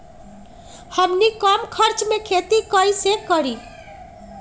हमनी कम खर्च मे खेती कई से करी?